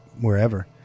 wherever